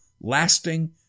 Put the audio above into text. lasting